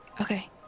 Okay